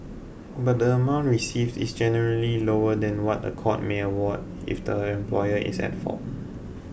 but the amount received is generally lower than what a court may award if the employer is at fault